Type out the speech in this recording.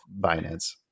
Binance